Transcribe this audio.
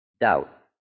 Doubt